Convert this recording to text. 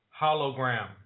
Hologram